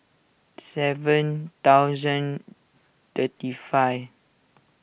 seven thousand thirty five